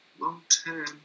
long-term